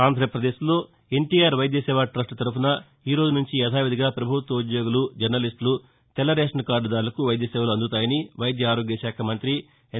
ఆంధ్రాపదేశ్లో ఎన్టీఆర్ వైద్య సేవా టస్ట్ తరఫున ఈ రోజు నుంచి యథావిధిగా పభుత్వ ఉద్యోగులు జర్నలిస్టులు తెలుపురేషన్ కార్దుదారులకు వైద్య సేవలు అందుతాయని వైద్య ఆరోగ్యశాఖ మంత్రి ఎన్